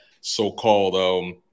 so-called